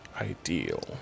ideal